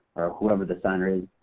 or whoever the signer is,